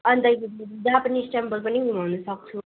अन्तखेरि Japanese temple पनि घुमाउन सक्छु